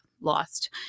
lost